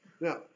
Now